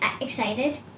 excited